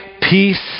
peace